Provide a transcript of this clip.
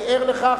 אני ער לכך,